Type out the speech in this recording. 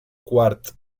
quart